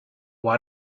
why